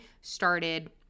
started